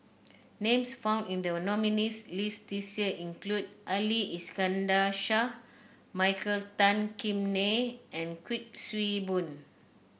names found in the nominees' list this year include Ali Iskandar Shah Michael Tan Kim Nei and Kuik Swee Boon